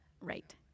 Right